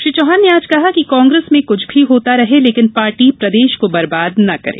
श्री चौहान ने कहा कि कांग्रेस में कृछ भी होता रहे लेकिन पार्टी प्रदेश को बर्बाद ना करे